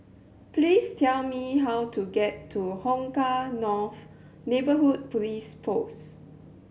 please tell me how to get to Hong Kah North Neighbourhood Police Post